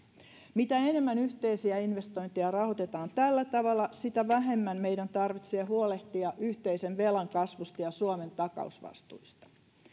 mitä enemmän yhteisiä investointeja rahoitetaan tällä tavalla sitä vähemmän meidän tarvitsee huolehtia yhteisen velan kasvusta ja suomen takausvastuista